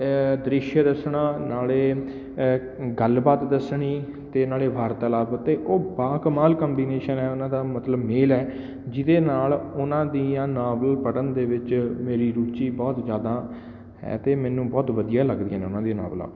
ਦ੍ਰਿਸ਼ ਦੱਸਣਾ ਨਾਲ਼ੇ ਗੱਲਬਾਤ ਦੱਸਣੀ ਅਤੇ ਨਾਲ਼ੇ ਵਾਰਤਾਲਾਪ ਅਤੇ ਉਹ ਬਾ ਕਮਾਲ ਕੰਬੀਨੇਸ਼ਨ ਹੈ ਉਹਨਾਂ ਦਾ ਮਤਲਬ ਮੇਲ ਹੈ ਜਿਹਦੇ ਨਾਲ਼ ਉਹਨਾਂ ਦੀਆਂ ਨਾਵਲ ਪੜ੍ਹਨ ਦੇ ਵਿੱਚ ਮੇਰੀ ਰੁਚੀ ਬਹੁਤ ਜ਼ਿਆਦਾ ਹੈ ਅਤੇ ਮੈਨੂੰ ਬਹੁਤ ਵਧੀਆ ਲੱਗਦੀਆਂ ਨੇ ਉਹਨਾਂ ਦੀਆਂ ਨਾਵਲਾਂ